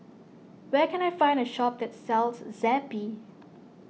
where can I find a shop that sells Zappy